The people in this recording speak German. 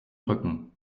rücken